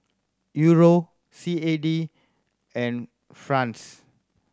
Euro C A D and franc